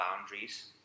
boundaries